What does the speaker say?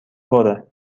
پره